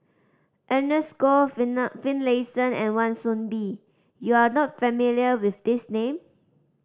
Ernest Goh Finlayson and Wan Soon Bee you are not familiar with these name